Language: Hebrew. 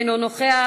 אינו נוכח.